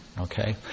okay